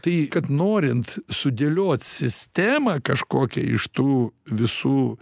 tai kad norint sudėliot sistemą kažkokią iš tų visų